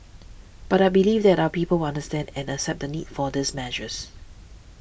but I believe that our people will understand and accept the need for these measures